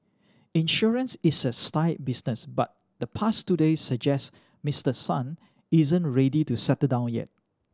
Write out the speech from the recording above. insurance is a staid business but the past two days suggest Mister Son isn't ready to settle down yet